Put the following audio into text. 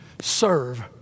Serve